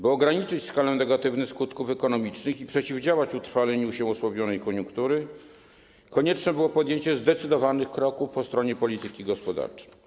By ograniczyć skalę negatywnych skutków ekonomicznych i przeciwdziałać utrwaleniu się osłabionej koniunktury, konieczne było podjęcie zdecydowanych kroków po stronie polityki gospodarczej.